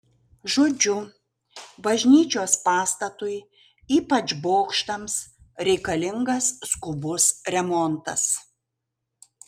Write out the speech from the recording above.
žodžiu bažnyčios pastatui ypač bokštams reikalingas skubus remontas